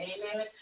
Amen